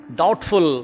doubtful